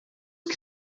que